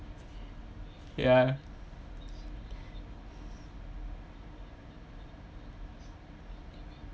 ya